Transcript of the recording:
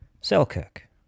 selkirk